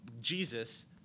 Jesus